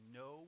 no